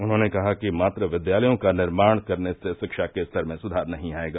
उन्होंने कहा कि मात्र विद्यालयों का निर्माण करने से शिक्षा के स्तर में सुधार नहीं आयेगा